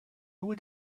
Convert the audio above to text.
would